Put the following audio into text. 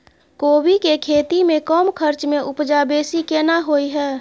कोबी के खेती में कम खर्च में उपजा बेसी केना होय है?